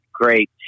great